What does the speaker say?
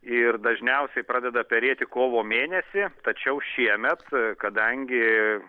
ir dažniausiai pradeda perėti kovo mėnesį tačiau šiemet kadangi